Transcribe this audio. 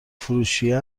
فروشیه